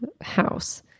house